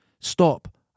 Stop